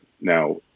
Now